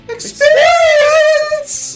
Experience